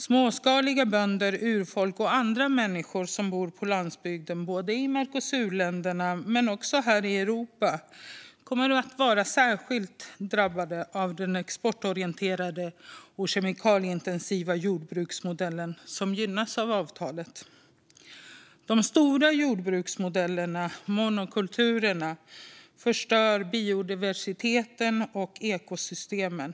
Småskaliga bönder, urfolk och andra människor som bor på landsbygden i både Mercosurländerna och Europa kommer att drabbas särskilt hårt av den exportorienterade och kemikalieintensiva jordbruksmodellen som gynnas av avtalet. De stora jordbruksmodellerna och monokulturerna förstör biodiversiteten och ekosystemen.